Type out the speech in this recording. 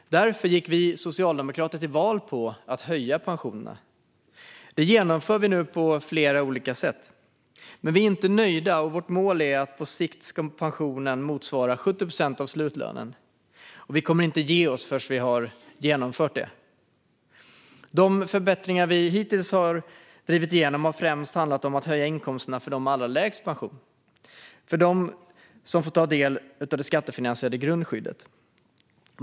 Därför gick vi socialdemokrater till val på att höja pensionerna. Det genomför vi nu på flera olika sätt. Men vi är inte nöjda. Vårt mål är att pensionen på sikt ska motsvara 70 procent av slutlönen, och vi kommer inte att ge oss förrän vi har genomfört det. De förbättringar vi hittills har drivit igenom har främst handlat om att höja inkomsterna för dem med allra lägst pension, för dem som får ta del av det skattefinansierade grundskyddet.